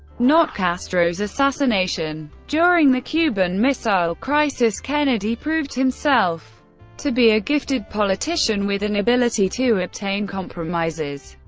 not castro's assassination. during the cuban missile crisis, kennedy proved himself to be a gifted politician with an ability to obtain compromises,